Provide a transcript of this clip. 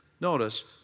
notice